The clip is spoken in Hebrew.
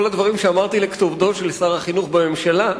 כל הדברים שאמרתי לכתובתו של שר החינוך בממשלה,